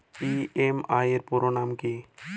EMI এর পুরোনাম কী?